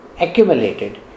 accumulated